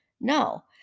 No